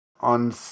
On